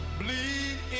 bleed